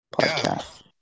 Podcast